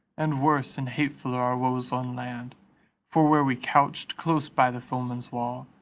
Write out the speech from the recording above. and worse and hatefuller our woes on land for where we couched, close by the foeman's wall,